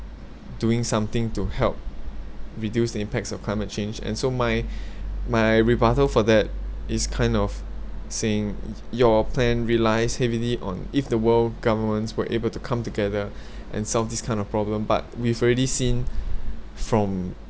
doing something to help reduce the impacts of climate change and so my my rebuttal for that is kind of saying your plan relies heavily on if the world governments were able to come together and solve this kind of problem but we've already seen from